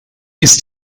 ist